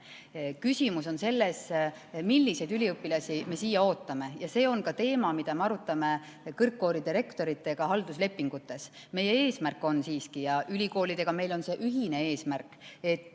Küsimus on selles, milliseid üliõpilasi me siia ootame, ja see on ka teema, mida me arutame kõrgkoolide rektoritega halduslepingute sõlmimisel. Meie eesmärk on siiski – ja ülikoolidega on meil see ühine eesmärk –, et